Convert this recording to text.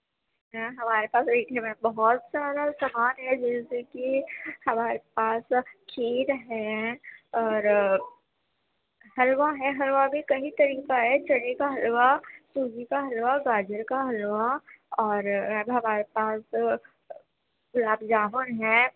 میم ہمارے پاس میٹھے میں بہت سارا سامان ہے جیسے کہ ہمارے پاس کھیر ہے اور حلوہ ہے حلوہ بھی کئی طرح کا ہے چنّے کا حلوہ سوجی کا حلوہ گاجر کا حلوہ اور میم ہمارے پاس گلاب جامن ہیں